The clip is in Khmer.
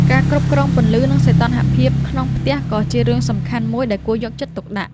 ការគ្រប់គ្រងពន្លឺ និងសីតុណ្ហភាពក្នុងផ្ទះក៏ជារឿងសំខាន់មួយដែលគួរយកចិត្តទុកដាក់។